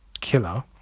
killer